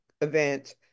event